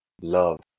love